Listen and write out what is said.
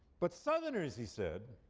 but southerners, he said,